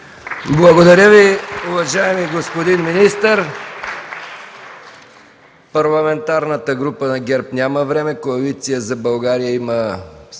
Благодаря Ви, уважаеми господин министър. Парламентарната група на ГЕРБ няма време, Коалиция за България има